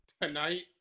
tonight